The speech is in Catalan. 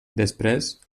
després